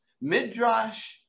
Midrash